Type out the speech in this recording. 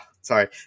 sorry